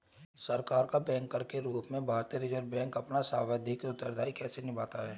सरकार का बैंकर के रूप में भारतीय रिज़र्व बैंक अपना सांविधिक उत्तरदायित्व कैसे निभाता है?